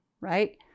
right